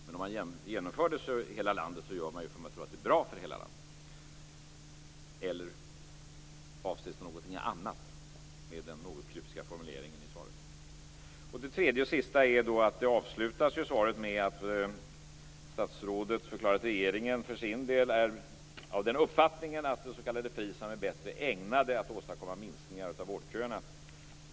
Men om man genomför det över hela landet så gör man det ju för att man tror att det är bara för hela landet. Eller avses någonting annat med den något kryptiska formuleringen svaret? Det tredje och sista är att svaret ju avslutas med att statsrådet förklarar att regeringen för sin del är av den uppfattningen att det s.k. FRISAM är bättre ägnat att åstadkomma minskningar av vårdköerna.